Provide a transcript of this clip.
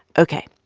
ok,